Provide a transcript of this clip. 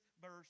verse